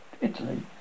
Italy